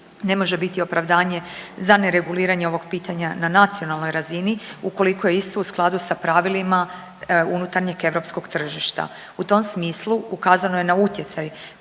ne može biti opravdanje za nereguliranje ovog pitanja na nacionalnoj razini ukoliko je isto u skladu sa pravilima unutarnjeg europskog tržišta. U tom smislu ukazano je na utjecaj